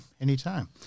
Anytime